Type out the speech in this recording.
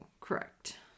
correct